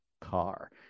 car